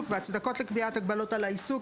וההצדקות לקביעת ההגבלות על העיסוק,